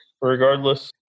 regardless